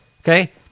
Okay